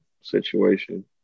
situation